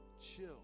Chill